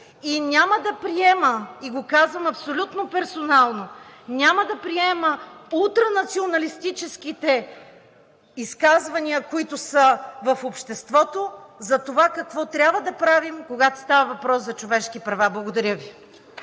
Няма да приема, и го казвам абсолютно персонално, няма да приема ултранационалистическите изказвания, които са в обществото, за това какво трябва да правим, когато става въпрос за човешки права! Благодаря Ви.